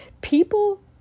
People